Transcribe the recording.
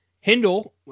Hindle